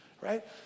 right